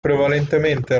prevalentemente